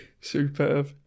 Superb